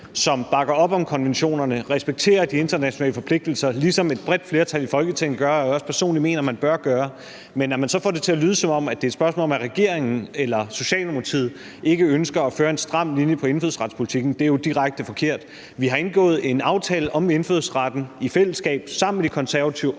som bakker op om konventionerne og respekterer de internationale forpligtelser, ligesom et bredt flertal i Folketinget gør, og som jeg også personligt mener at man bør gøre. Men man får det så til at lyde, som om det er et spørgsmål om, at regeringen eller Socialdemokratiet ikke ønsker at føre en stram linje på indfødsretspolitikken, og det er jo direkte forkert. Vi har indgået en aftale om indfødsret i fællesskab sammen med De Konservative